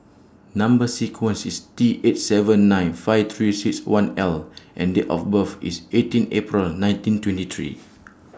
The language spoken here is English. Number sequence IS T eight seven nine five three six one L and Date of birth IS eighteen April nineteen twenty three